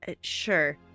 Sure